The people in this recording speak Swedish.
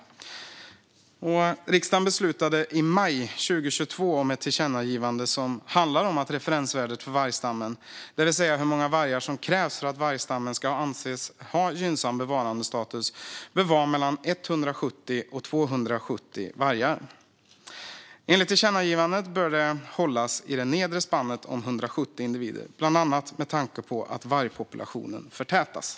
Riksdagen beslutade i maj 2022 om ett tillkännagivande som handlar om att referensvärdet för vargstammen - det vill säga hur många vargar som krävs för att vargstammen ska anses ha gynnsam bevarandestatus - bör vara mellan 170 och 270 vargar. Enligt tillkännagivandet bör det hållas i det nedre spannet om 170 individer, bland annat med tanke på att vargpopulationen förtätas.